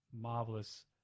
marvelous